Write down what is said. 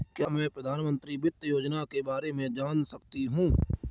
क्या मैं प्रधानमंत्री वित्त योजना के बारे में जान सकती हूँ?